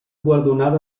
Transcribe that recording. guardonat